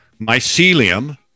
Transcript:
mycelium